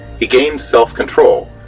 he gained self control,